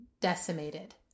decimated